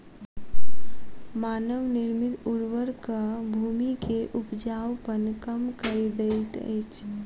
मानव निर्मित उर्वरक भूमि के उपजाऊपन कम कअ दैत अछि